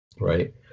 right